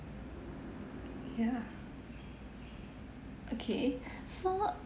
yeah okay so